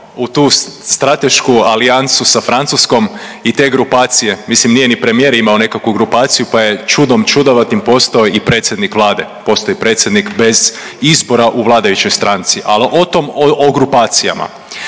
u tu stratešku alijansu sa Francuskom i te grupacije, mislim nije ni premijer imao nekakvu grupaciju pa je čudom čudnovatim postao i predsjednik Vlade, postao je predsjednik bez izbora u vladajućoj stranci, ali o tom o grupacijama.